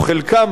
או חלקם,